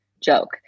joke